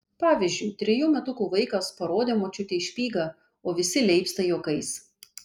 pavyzdžiui trejų metukų vaikas parodė močiutei špygą o visi leipsta juokais